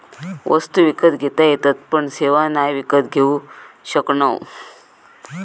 वस्तु विकत घेता येतत पण सेवा नाय विकत घेऊ शकणव